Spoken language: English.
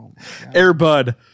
Airbud